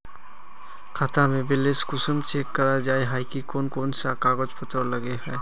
खाता में बैलेंस कुंसम चेक करे जाय है कोन कोन सा कागज पत्र लगे है?